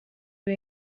due